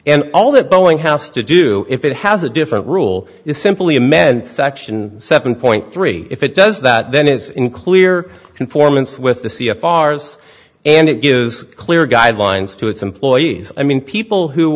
and all that boeing house to do if it has a different rule is simply a men section seven point three if it does that then it is in clear conformance with the c f r s and it gives clear guidelines to its employees i mean people who